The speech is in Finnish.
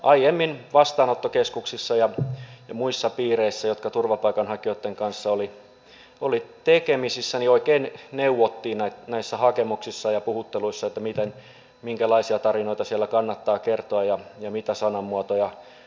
aiemmin vastaanottokeskuksissa ja muissa piireissä jotka turvapaikanhakijoitten kanssa olivat tekemisissä oikein neuvottiin näissä hakemuksissa ja puhutteluissa että minkälaisia tarinoita siellä kannattaa kertoa ja mitä sanamuotoja käyttää